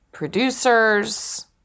Producers